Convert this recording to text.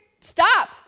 stop